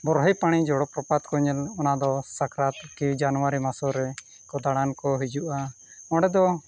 ᱵᱚᱲᱦᱮᱭ ᱯᱟᱹᱱᱤ ᱡᱚᱞᱚ ᱯᱨᱚᱯᱟᱛ ᱠᱚ ᱧᱮᱞ ᱚᱱᱟ ᱫᱚ ᱥᱟᱠᱨᱟᱛ ᱠᱤ ᱡᱟᱱᱣᱟᱨᱤ ᱢᱟᱥᱚ ᱨᱮ ᱫᱟᱬᱟᱱ ᱠᱚ ᱦᱤᱡᱩᱜᱼᱟ ᱚᱸᱰᱮ ᱫᱚ